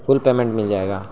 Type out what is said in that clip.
فل payment مل جائے گا